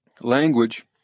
Language